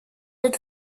het